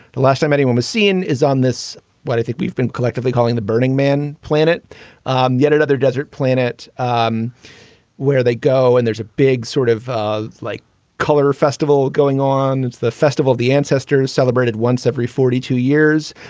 the last time anyone was seen is on this one. i think we've been collectively calling the burning man planet um yet another desert planet um where they go. and there's a big sort of of like color festival going on. it's the festival of the ancestors celebrated once every forty two years.